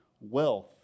wealth